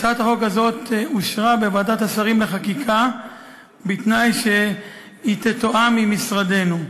הצעת החוק הזאת אושרה בוועדת השרים לחקיקה בתנאי שהיא תתואם עם משרדנו.